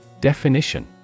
Definition